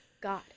God